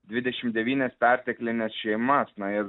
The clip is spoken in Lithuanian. dvidešim devynias perteklines šeimas na ir